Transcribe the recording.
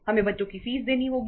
हमें बच्चों की फीस देनी होगी